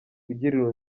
ugirira